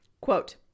Quote